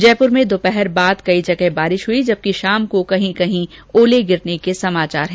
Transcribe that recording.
जयप्र में दोपहर बाद कई जगह बारिश हई जबकि शाम को कहीं कहीं ओले गिरने के समाचार हैं